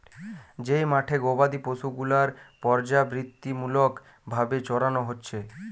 যেই মাঠে গোবাদি পশু গুলার পর্যাবৃত্তিমূলক ভাবে চরানো হচ্ছে